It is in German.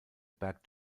berg